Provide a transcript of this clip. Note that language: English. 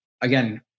again